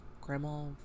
grandma